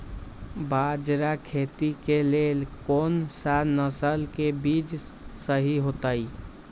बाजरा खेती के लेल कोन सा नसल के बीज सही होतइ?